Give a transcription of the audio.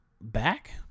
back